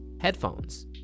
headphones